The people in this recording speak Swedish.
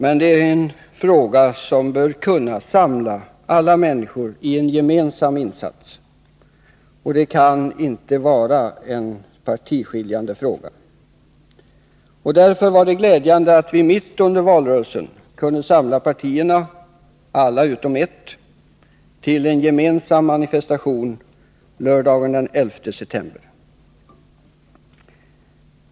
Men det är en fråga som bör kunna samla alla människor i en gemensam insats. Det kan inte vara en partiskiljande fråga. Därför var det glädjande att vi mitt under valrörelsen kunde samla partierna - alla utom ett — till en gemensam manifestation lördagen den 11 september.